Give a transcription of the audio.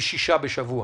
מ-6 בשבוע.